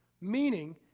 meaning